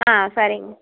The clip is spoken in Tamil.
ஆ சரிங்க